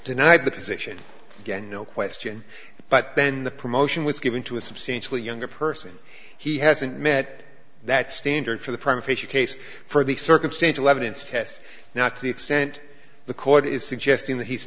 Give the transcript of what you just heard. denied the position again no question but then the promotion was given to a substantially younger person he hasn't met that standard for the professor case for the circumstantial evidence test now to the extent the court is